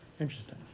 interesting